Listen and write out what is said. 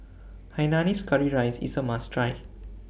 Hainanese Curry Rice IS A must Try